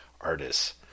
artists